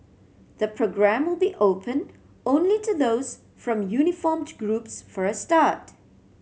the programme will be open only to those from uniformed groups for a start